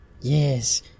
Yes